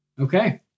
Okay